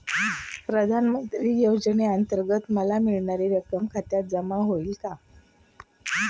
प्रधानमंत्री योजनेअंतर्गत मला मिळणारी रक्कम खात्यात जमा होईल का?